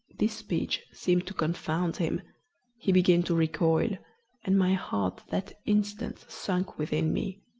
this speech seemed to confound him he began to recoil and my heart that instant sunk within me.